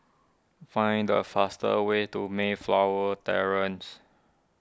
find the fastest way to Mayflower Terrace